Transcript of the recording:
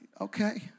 okay